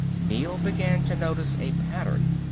neel began to notice a pattern.